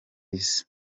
isi